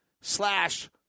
slash